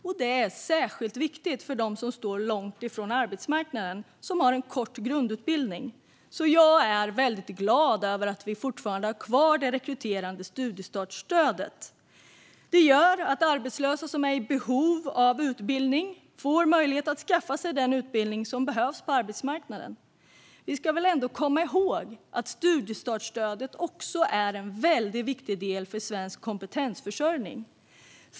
Det är särskilt viktigt för dem som står långt från arbetsmarknaden och har kort grundutbildning. Jag är därför glad över att vi har kvar det rekryterande studiestartsstödet. Det gör att arbetslösa får möjlighet att skaffa sig den utbildning som behövs på arbetsmarknaden. Låt oss komma ihåg att studiestartsstödet också är en viktig del i svensk kompetensförsörjning.